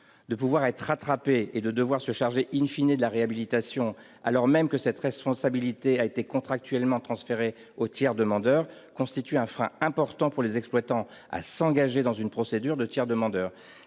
de pouvoir être « rattrapé » et de devoir se charger de la réhabilitation du site, alors même que cette responsabilité a été contractuellement transférée à un tiers, constitue un frein important pour les exploitants à s'engager dans une procédure de tiers demandeur.